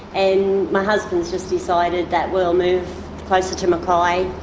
and my husband's just decided that we'll move closer to mackay,